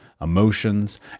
emotions